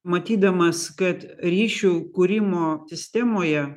matydamas kad ryšių kūrimo sistemoje